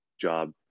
job